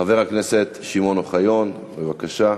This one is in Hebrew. חבר הכנסת שמעון אוחיון, בבקשה.